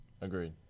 Agreed